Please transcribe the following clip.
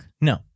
No